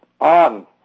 on